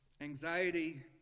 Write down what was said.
Anxiety